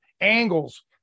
angles